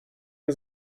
nie